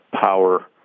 power